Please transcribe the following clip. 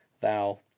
thou